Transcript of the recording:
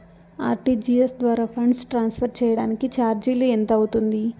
RTGS ద్వారా funds transfer సేయడానికి చార్జీలు ఎంత అవుతుంది